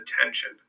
attention